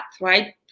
right